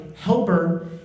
helper